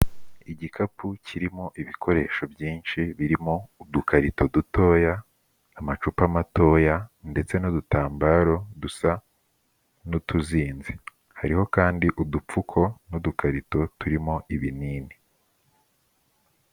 Igikapu kirimo ibikoresho byinshi birimo udukarito dutoya, amacupa matoya ndetse n'udutambaro dusa n'utuzinze, hariho kandi udupfuko n'udukarito turimo ibinini.